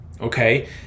okay